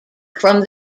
from